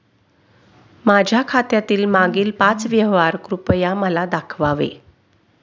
माझ्या खात्यातील मागील पाच व्यवहार कृपया मला दाखवावे